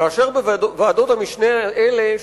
כאשר בוועדות המשנה האלה,